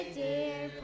dear